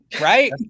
right